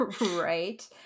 right